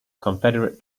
confederate